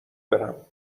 برم